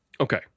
Okay